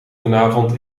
vanavond